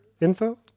Info